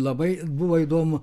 labai buvo įdomu